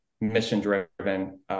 mission-driven